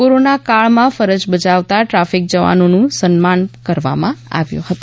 corona કાળમાં ફરજ બજાવતા ટ્રાફિક જવાનોનું સન્માન કરવામાં આવ્યું હતું